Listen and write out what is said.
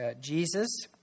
Jesus